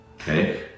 Okay